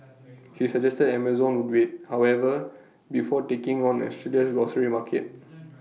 he suggested Amazon would wait however before taking on Australia's grocery market